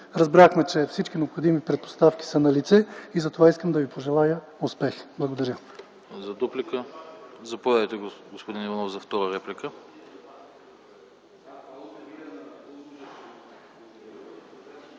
Разбрахме, че всички необходими предпоставки са налице и затова искам да Ви пожелая успех. Благодаря.